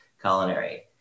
culinary